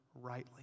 rightly